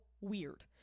weird